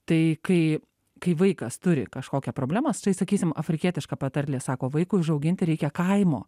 tai kai kai vaikas turi kažkokią problemą sakysim afrikietiška patarlė sako vaikui užauginti reikia kaimo